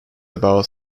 about